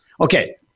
Okay